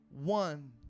one